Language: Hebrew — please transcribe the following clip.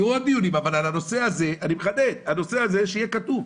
יהיו עוד דיונים, אבל על הנושא הזה שיהיה כתוב.